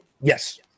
yes